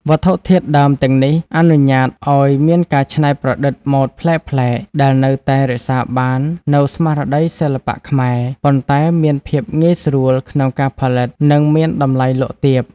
វត្ថុធាតុដើមទាំងនេះអនុញ្ញាតឱ្យមានការច្នៃប្រឌិតម៉ូដប្លែកៗ ដែលនៅតែរក្សាបាននូវស្មារតីសិល្បៈខ្មែរ ប៉ុន្តែមានភាពងាយស្រួលក្នុងការផលិត និងមានតម្លៃលក់ទាប។